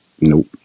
Nope